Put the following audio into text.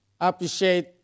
appreciate